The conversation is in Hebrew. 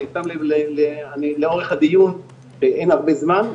אני שם לב לאורך הדיון שאין הרבה זמן,